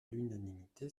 l’unanimité